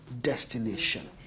destination